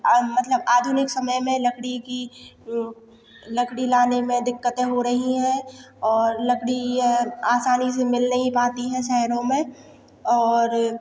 और मतलब आधुनिक समय में लकड़ी की वह लकड़ी लाने में दिक़्क़तें हो रही हैं और लकड़ी यह आसानी से मिल नहीं पाती है शहेरों में और